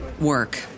work